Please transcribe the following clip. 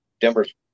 Denver's